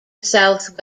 south